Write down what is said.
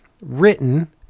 written